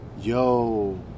Yo